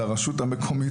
לרשות המקומית,